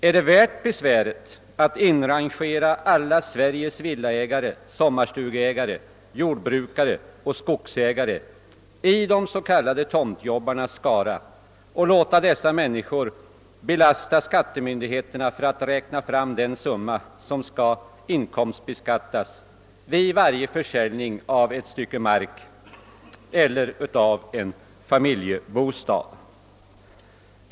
är det värt besväret att inrangera alla Sveriges villaägare, sommarstugeägare, jordbrukare och skogsägare i de s.k. tomtjobbarnas skara och låta dessa människor belasta skattemyndigheterna när det gäller att räkna fram den summa som skall inkomstbeskattas vid varje försäljning av ett stycke mark eller av en familjebostad?